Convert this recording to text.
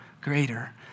greater